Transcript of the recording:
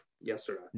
yesterday